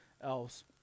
else